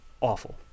awful